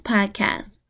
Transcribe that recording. Podcast